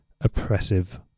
oppressive